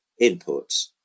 inputs